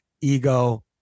ego